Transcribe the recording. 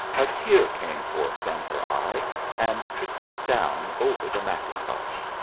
a tear came forth from her eye and trickled down over the mackintosh.